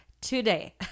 today